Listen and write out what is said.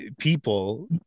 people